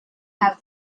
have